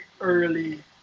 early